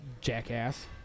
jackass